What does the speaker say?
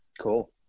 Cool